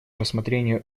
рассмотрению